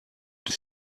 des